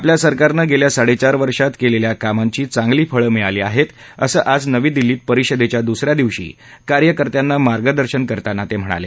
आपल्या सरकारनं गेल्या साडे चार वर्षात केलेल्या कामांची चांगली फळ मिळाली आहेत असं आज नवी दिल्लीत परिषदेच्या दुस या दिवशी कार्यकर्त्यांना मार्गदर्शन करताना ते म्हणाले